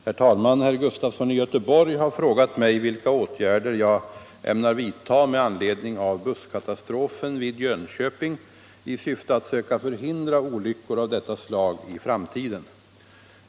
Herr talman! Herr Sven Gustafson i Göteborg har frågat mig vilka åtgärder jag ämnar vidta med anledning av busskatastrofen vid Jönköping i syfte att söka förhindra olyckor av detta slag i framtiden.